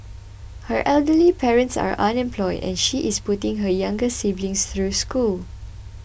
her elderly parents are unemployed and she is putting her younger siblings through school